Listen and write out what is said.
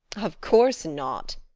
of course not,